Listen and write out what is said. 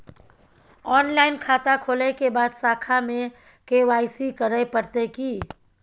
Online खाता खोलै के बाद शाखा में के.वाई.सी करे परतै की?